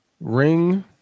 ring